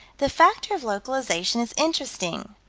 the factor of localization is interesting.